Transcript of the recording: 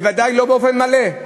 בוודאי לא באופן מלא.